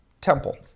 temple